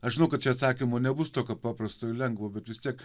aš žinau kad čia atsakymo nebus tokio paprastoir lengvo bet vis tiek